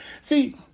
see